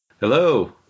Hello